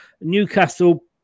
Newcastle